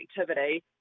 activity